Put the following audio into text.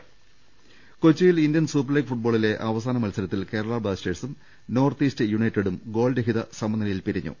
ദർവ്വെട്ടറ കൊച്ചിയിൽ Indian super league ഫുട്ബോളിലെ അവസാന മത്സര ത്തിൽ കേരള ബ്ലാസ്റ്റേഴ്സും നോർത്ത് ഈസ്റ്റ് യുണൈറ്റഡും ഗോൾരഹിത സമനിലയിൽ പിരിഞ്ഞു